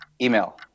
Email